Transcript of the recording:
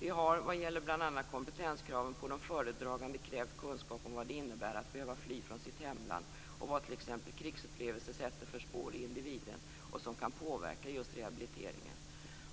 Vi har vad gäller bl.a. kompetenskraven på de föredragande krävt kunskap om vad det innebär att behöva fly från sitt hemland och vad t.ex. krigsupplevelser sätter för spår i individen som kan påverka rehabilitering.